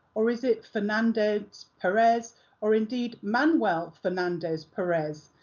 or is it fernandez perez or indeed manuel fernandez perez?